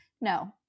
no